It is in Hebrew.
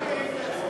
מה מירי תצביע?